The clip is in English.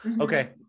Okay